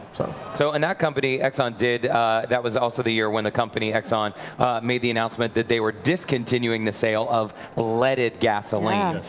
so so and that company, exxon, that was also the year when the company exxon made the announcement that they were discontinuing the sale of leaded gasoline. yes.